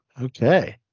okay